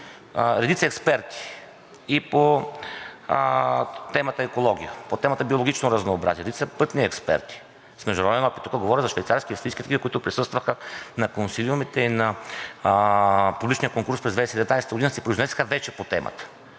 Редица експерти – и по темата „Екология“, по темата „Биологично разнообразие“, редица пътни експерти с международен опит, тук говоря за швейцарски, австрийски фирми, които присъстваха на консилиумите и по личния конкурс през 2017 г. се произнесоха вече по темата,